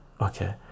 okay